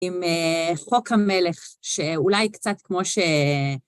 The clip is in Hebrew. עם חוק המלך, שאולי קצת כמו ש...